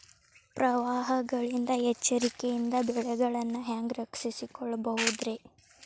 ಪ್ರವಾಹಗಳ ಎಚ್ಚರಿಕೆಯಿಂದ ಬೆಳೆಗಳನ್ನ ಹ್ಯಾಂಗ ರಕ್ಷಿಸಿಕೊಳ್ಳಬಹುದುರೇ?